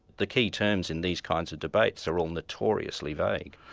the key terms in these kinds of debates are all notoriously vague.